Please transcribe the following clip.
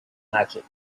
magic